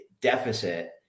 deficit